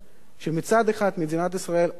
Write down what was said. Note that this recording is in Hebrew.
שמצד אחד מדינת ישראל עושה,